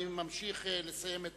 אני ממשיך בסבב